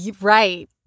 Right